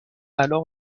alors